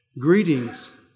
Greetings